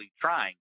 trying